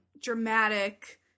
dramatic